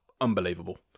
unbelievable